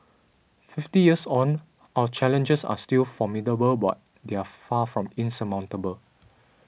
fifty years on our challenges are still formidable but they are far from insurmountable